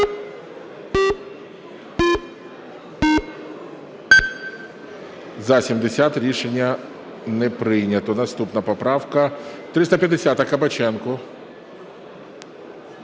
За-70 Рішення не прийнято. Наступна поправка, 350-а, Кабаченко.